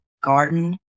garden